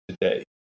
today